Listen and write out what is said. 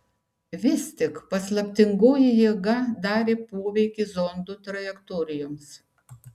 vis tik paslaptingoji jėga darė poveikį zondų trajektorijoms